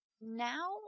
now